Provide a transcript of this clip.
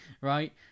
right